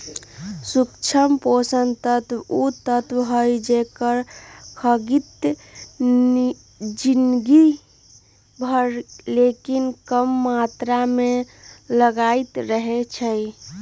सूक्ष्म पोषक तत्व उ तत्व हइ जेकर खग्गित जिनगी भर लेकिन कम मात्र में लगइत रहै छइ